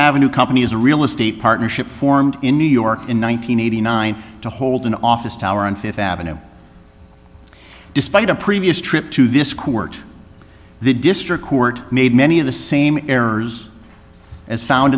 avenue company as a real estate partnership formed in new york in one nine hundred eighty nine to hold an office tower on fifth avenue despite a previous trip to this court the district court made many of the same errors as found